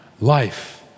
life